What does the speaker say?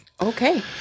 Okay